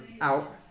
out